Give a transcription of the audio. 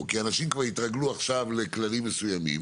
כי אנשים כבר יתרגלו עכשיו לכללים מסוימים